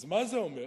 אז מה זה אומר?